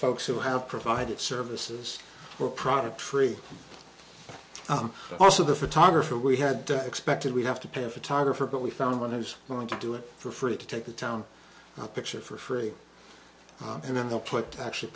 folks who have provided services or products free i'm also the photographer we had expected we have to pay a photographer but we found one who's going to do it for free to take the town picture for free and then they'll put actually